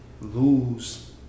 lose